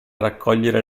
raccogliere